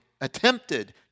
attempted